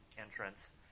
entrance